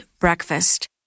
breakfast